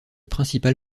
principal